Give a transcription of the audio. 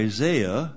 Isaiah